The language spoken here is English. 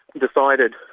decided,